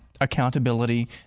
accountability